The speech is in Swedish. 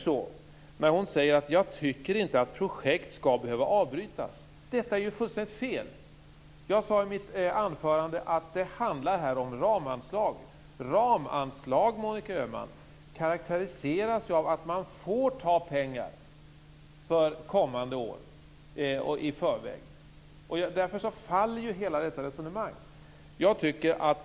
Monica Öhman säger att hon inte tycker att projekt skall behöva avbrytas, men detta är ju fullständigt felaktigt. Jag sade i mitt anförande att det här handlar om ramanslag. Ramanslag, Monica Öhman, karakteriseras av att man i förväg får ta pengar för kommande år. Därför faller hela resonemanget.